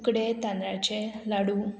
उकडे तांदळाचें लाडू